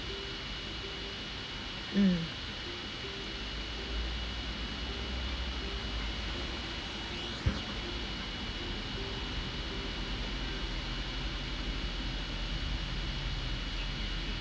mm